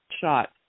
shot